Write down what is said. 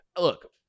look